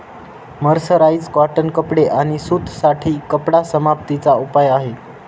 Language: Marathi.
मर्सराइज कॉटन कपडे आणि सूत साठी कपडा समाप्ती चा उपाय आहे